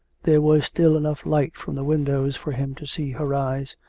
there was still enough light from the windows for him to see her eyes,